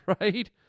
right